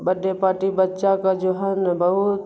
birthday party بچہ کا جو ہے نا بہت